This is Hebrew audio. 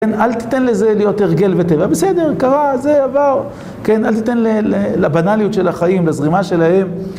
כן, אל תיתן לזה להיות הרגל וטבע, בסדר, קרה, זה, עבר, כן, אל תיתן לבנאליות של החיים, לזרימה שלהם